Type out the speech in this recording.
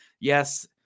Yes